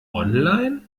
online